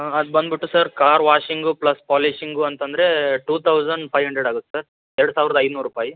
ಅದ್ಬಂದ್ಬಿಟ್ಟು sir car washing plus polishing ಅಂತಂದರೆ two thousand five hundred ಆಗುತ್ತೆ sir ಎರಡ್ ಸಾವ್ರ್ದ ಐನೂರು ರೂಪಾಯಿ